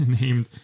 named